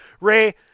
Ray